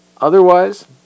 Otherwise